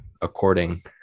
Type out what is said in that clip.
according